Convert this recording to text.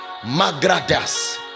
magradas